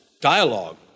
dialogue